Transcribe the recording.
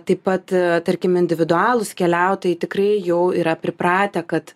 taip pat tarkim individualūs keliautojai tikrai jau yra pripratę kad